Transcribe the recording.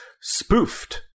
spoofed